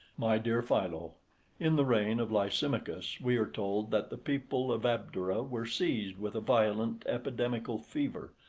my dear philo in the reign of lysimachus, we are told that the people of abdera were seized with a violent epidemical fever,